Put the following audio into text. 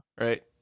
Right